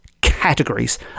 categories